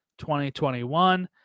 2021